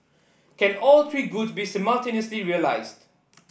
can all three goods be simultaneously realised